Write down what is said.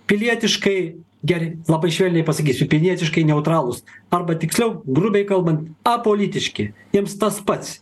pilietiškai geri labai švelniai pasakysiu pilietiškai neutralūs arba tiksliau grubiai kalbant apolitiški jiems tas pats